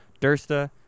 Dursta